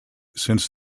since